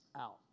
out